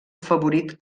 favorit